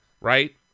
Right